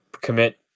commit